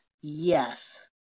Yes